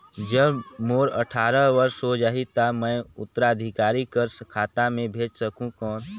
जब मोर अट्ठारह वर्ष हो जाहि ता मैं उत्तराधिकारी कर खाता मे भेज सकहुं कौन?